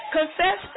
Confess